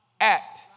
act